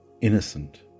Innocent